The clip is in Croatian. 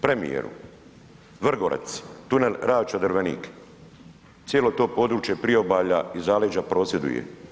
Premijeru, Vrgorac, tunel Ravča-Drvenik, cijelo to područje priobalja i zaleđa prosvjeduje.